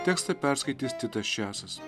tekstą perskaitys titas česas